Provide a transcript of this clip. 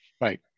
Right